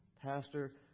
pastor